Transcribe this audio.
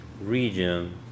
region